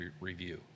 review